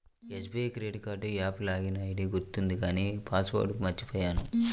SBI credit card app login ID గుర్తుంది కానీ password మర్చిపొయ్యాను